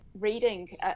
reading